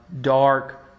dark